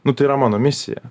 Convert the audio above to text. nu tai yra mano misija